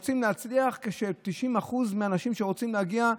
רוצים להצליח כש-90% מהאנשים שרוצים להגיע,